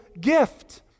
gift